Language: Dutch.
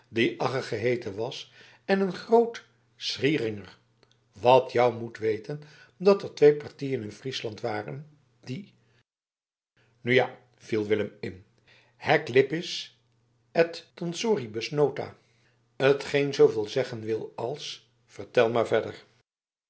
agge geheeten was en een groot schieringer want jou moet weten dat er twee partieën in friesland waren die nu ja viel willem in haec lippis et tonsoribus nota t geen zooveel zeggen wil als vertel maar verder